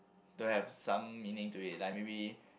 don't have some meaning to it like maybe